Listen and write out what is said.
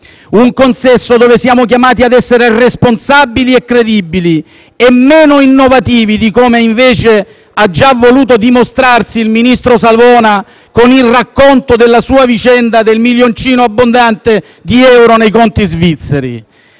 Un consesso dove siamo chiamati ad essere responsabili e credibili e meno innovativi di come invece ha già voluto dimostrarsi il ministro Savona con il racconto della sua vicenda del milioncino abbondante di euro nei conti svizzeri.